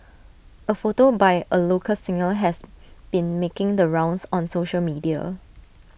A photo by A local singer has been making the rounds on social media